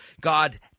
God